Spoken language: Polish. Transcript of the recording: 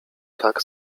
tak